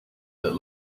that